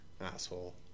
asshole